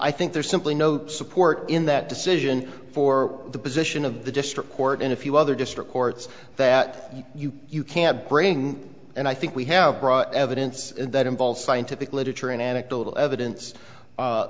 i think there's simply no support in that decision for the position of the district court in a few other district courts that you you can't bring and i think we have evidence that involves scientific literature and anecdotal evidence